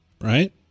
right